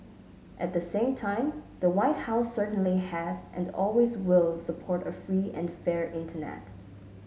at the same time the White House certainly has and always will support a free and fair internet